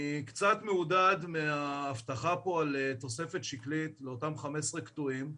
אני קצת מעודד מההבטחה פה על תוספת שקלית לאותם 15 קטועים,